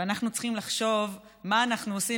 ואנחנו צריכים לחשוב מה אנחנו עושים.